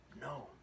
no